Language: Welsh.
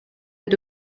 ydw